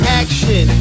action